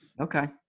Okay